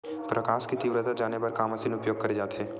प्रकाश कि तीव्रता जाने बर का मशीन उपयोग करे जाथे?